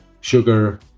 sugar